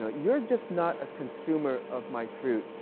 ah you are just not a consumer of my truth.